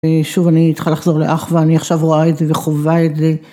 שוב אני צריכה לחזור לאחווה אני עכשיו רואה את זה וחווה את זה.